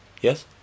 Yes